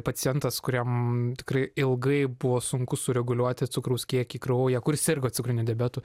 pacientas kuriam tikrai ilgai buvo sunku sureguliuoti cukraus kiekį kraujyje kuris sirgo cukriniu diabetu